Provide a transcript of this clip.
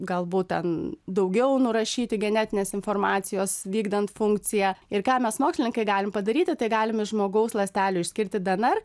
galbūt ten daugiau nurašyti genetinės informacijos vykdant funkciją ir ką mes mokslininkai galim padaryti tai galim iš žmogaus ląstelių išskirti dnr